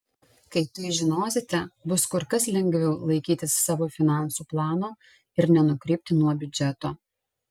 kai tai žinosite bus kur kas lengviau laikytis savo finansų plano ir nenukrypti nuo biudžeto